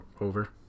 Over